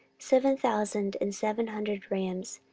seven thousand and seven hundred rams,